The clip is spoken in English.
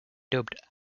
dubbed